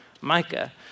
Micah